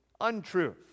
untruth